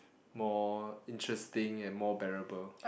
more interesting and more bearable